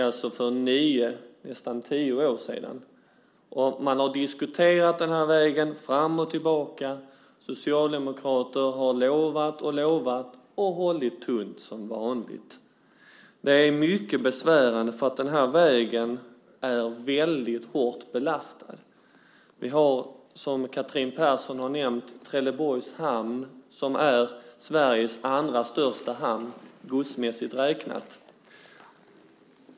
Det är nästan tio år sedan. Man har diskuterat vägen fram och tillbaka. Socialdemokrater har lovat och lovat, men man har hållit tunt, som vanligt. Det är mycket besvärande, för den här vägen är väldigt hårt belastad. Som Catherine Persson nämnde är Trelleborgs hamn Sveriges andra största hamn, godsmässigt räknat.